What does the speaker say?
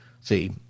see